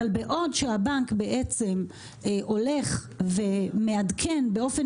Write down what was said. אבל בעוד שהבנק בעצם הולך ומעדכן באופן